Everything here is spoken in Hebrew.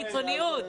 לאכול".